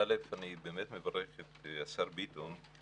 אני באמת מברך את השר ביטון.